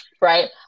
right